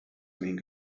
main